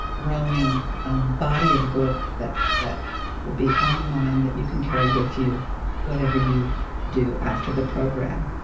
growing body of work that that will be online that you can carry with you whatever you do after the program.